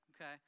Okay